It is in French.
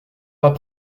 pas